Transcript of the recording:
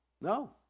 No